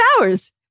hours